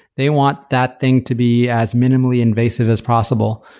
they want that thing to be as minimally invasive as possible.